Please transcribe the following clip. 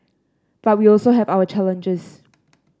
but we also have our challenges